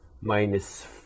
Minus